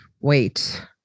wait